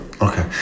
Okay